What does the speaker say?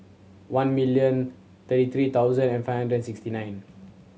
one million thirty three thousand and five hundred sixty nine